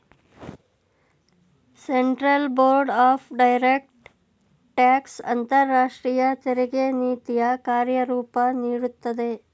central board of direct tax ಅಂತರಾಷ್ಟ್ರೀಯ ತೆರಿಗೆ ನೀತಿಯ ಕಾರ್ಯರೂಪ ನೀಡುತ್ತದೆ